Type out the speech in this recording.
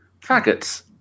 Faggots